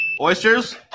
Oysters